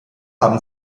haben